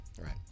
Right